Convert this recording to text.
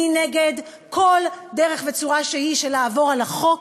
אני נגד כל דרך וצורה שהיא של לעבור על החוק,